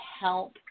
help